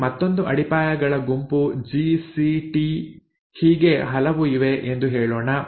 ಇಲ್ಲಿ ಮತ್ತೊಂದು ಅಡಿಪಾಯಗಳ ಗುಂಪು ಜಿ ಸಿ ಟಿ ಹೀಗೆ ಹಲವು ಇವೆ ಎಂದು ಹೇಳೋಣ